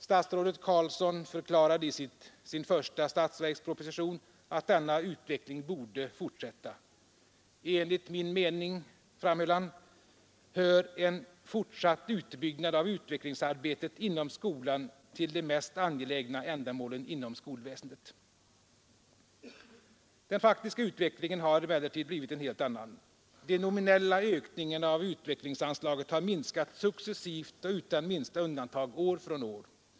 Statsrådet Carlsson förklarade i sin första statsverksproposition att denna utveckling borde fortsätta. ”Enligt min mening”, framhöll han, ”hör en fortsatt utbyggnad av utvecklingsarbetet inom skolan till de mest angelägna ändamålen inom skolväsendet.” Den faktiska utvecklingen har emellertid blivit en helt annan. De nominella ökningarna av utvecklingsanslaget har minskat successivt och utan minsta undantag år från år.